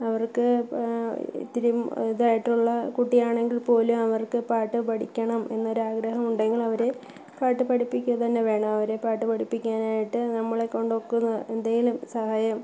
അവര്ക്ക് ഇത്തിരിം ഇതായിട്ടുള്ള കുട്ടിയാണെങ്കിൽ പോലും അവർക്ക് പാട്ട് പഠിക്കണം എന്നൊരാഗ്രഹമുണ്ടെങ്കിൽ അവരെ പാട്ട് പഠിപ്പിക്കുക തന്നെ വേണം അവരെ പാട്ട് പഠിപ്പിക്കാനായിട്ട് നമ്മളെ കൊണ്ട് ഒക്കുന്ന എന്തേലും സഹായം